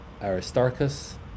Aristarchus